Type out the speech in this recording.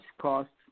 costs